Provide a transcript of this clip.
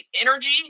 energy